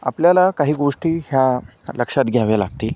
आपल्याला काही गोष्टी ह्या लक्षात घ्याव्या लागते